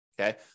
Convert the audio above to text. Okay